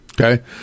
Okay